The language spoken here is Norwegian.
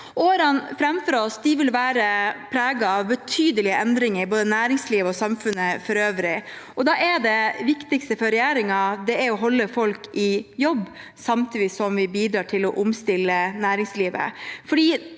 Årene framfor oss vil være preget av betydelige endringer i både næringsliv og samfunnet for øvrig. Da er det viktigste for regjeringen å holde folk i jobb, samtidig som vi bidrar til å omstille næringslivet.